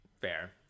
fair